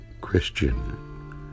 Christian